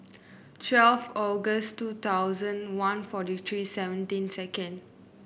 twelve August two thousand one forty three seventeen second